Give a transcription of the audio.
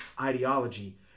ideology